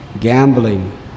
gambling